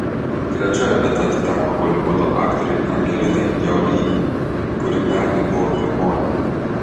trečioji vieta atiteko holivudo aktorei angelinai jolie kuri pernai buvo pirmoji